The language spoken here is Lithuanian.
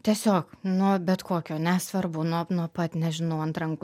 tiesiog nuo bet kokio nesvarbu nuo nuo pat nežinau ant rankų